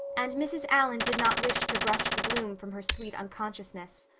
and mrs. allan did not wish to brush the bloom from her sweet unconsciousness.